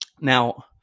Now